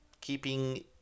keeping